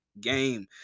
game